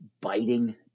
biting